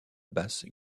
basse